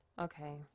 Okay